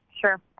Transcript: Sure